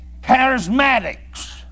Charismatics